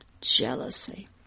Jealousy